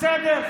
בסדר,